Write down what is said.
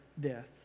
death